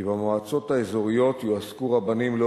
כי במועצות האזוריות יועסקו רבנים לא